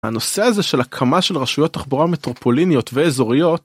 הנושא הזה של הקמה של רשויות תחבורה מטרופוליניות ואזוריות